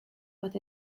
but